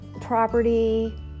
property